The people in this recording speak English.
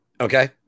Okay